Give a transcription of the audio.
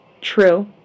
True